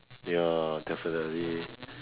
ya definitely